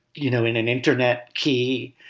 you know, in an internet key?